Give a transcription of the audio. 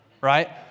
right